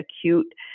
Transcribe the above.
acute